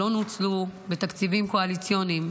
שלא נוצלו בתקציבים קואליציוניים,